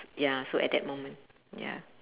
ya so at that moment ya